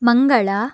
Mangala